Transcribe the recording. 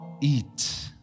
eat